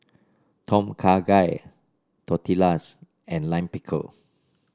Tom Kha Gai Tortillas and Lime Pickle